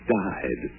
died